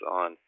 on